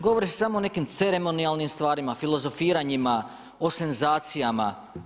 Govori se samo o nekim ceremonijalnim stvarima, filozofiranjima, o senzacijama.